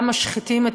גם משחיתים,